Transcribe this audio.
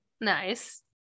Nice